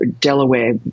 Delaware